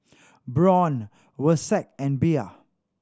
Braun Versace and Bia